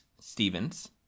Stevens